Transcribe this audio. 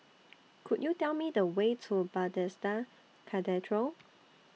Could YOU Tell Me The Way to Bethesda Cathedral